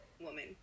woman